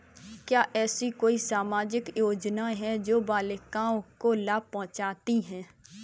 क्या ऐसी कोई सामाजिक योजनाएँ हैं जो बालिकाओं को लाभ पहुँचाती हैं?